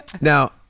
Now